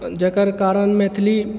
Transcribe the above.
जकर कारण मैथिली